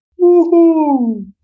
Woohoo